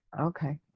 Okay